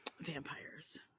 vampires